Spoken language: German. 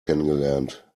kennengelernt